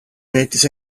metis